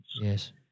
Yes